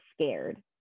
scared